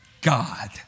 God